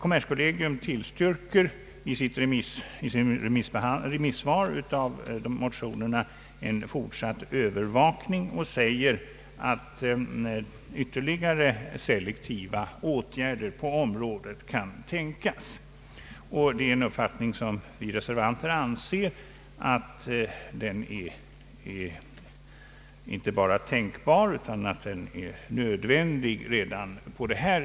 Kommerskollegium tillstyrker i sitt remissvar med anledning av motionerna en fortsatt övervakning och säger att ytterligare selektiva åtgärder på området kan tänkas. Det är en uppfattning som vi reservanter anser vara inte bara tänkbar utan nödvändig redan på detta stadium.